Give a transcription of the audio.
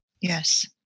Yes